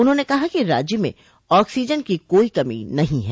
उन्होंने कहा कि राज्य में ऑक्सोजन की कोई कमी नहीं है